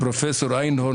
פרופ' איינהורן,